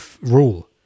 rule